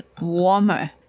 warmer